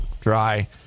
dry